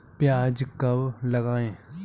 प्याज कब लगाएँ?